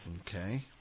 Okay